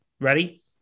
Ready